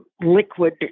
liquid